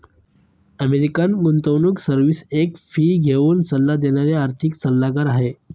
American गुंतवणूक service एक fee घेऊन सल्ला देणारी आर्थिक सल्लागार आहे